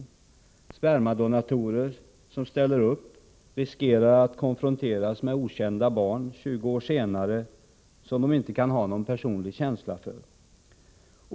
De spermadonatorer som ställer upp riskerar att 20 år senare konfronteras med okända barn, som de inte kan ha någon personlig känsla för.